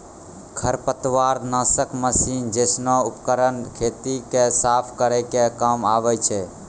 खरपतवार नासक मसीन जैसनो उपकरन खेतो क साफ करै के काम आवै छै